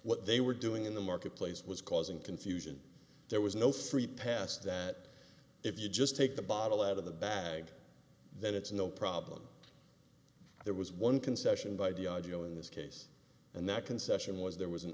what they were doing in the marketplace was causing confusion there was no free pass that if you just take the bottle out of the bag then it's no problem there was one concession by the audio in this case and that concession was there was an